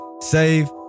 save